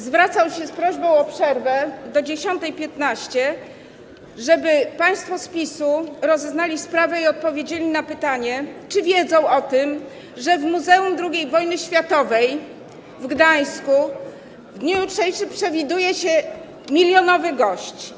Zwracam się z prośbą o przerwę do godz. 10.15, żeby państwo z PiS-u rozeznali sprawę i odpowiedzieli na pytanie, czy wiedzą o tym, że w Muzeum II Wojny Światowej w Gdańsku w dniu jutrzejszym przewiduje się milionowego gościa.